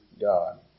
god